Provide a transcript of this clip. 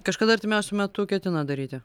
kažkada artimiausiu metu ketina daryti